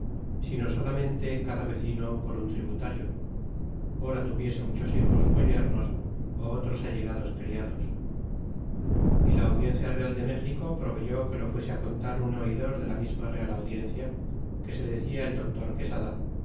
sino solamente cada vecino por un tributario hora tuviese muchos hijos ó yernos ó otros allegados criados y la audiencia real de méxico proveyó que lo fuese á contar un oidor de la misma real audiencia que se decia el doctor quesada